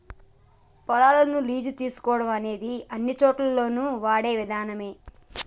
పొలాలను లీజు తీసుకోవడం అనేది అన్నిచోటుల్లోను వాడే విధానమే